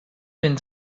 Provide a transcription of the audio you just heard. spend